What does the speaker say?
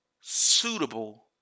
suitable